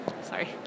sorry